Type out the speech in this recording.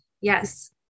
Yes